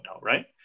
right